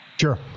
Sure